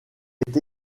est